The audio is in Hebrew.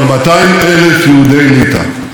95% מבני הקהילה,